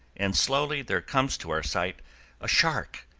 and slowly there comes to our sight a shark,